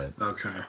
Okay